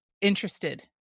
interested